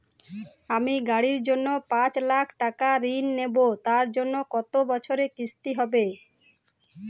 আমি গাড়ির জন্য পাঁচ লক্ষ টাকা ঋণ নেবো তার জন্য কতো বছরের কিস্তি হবে?